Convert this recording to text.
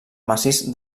massís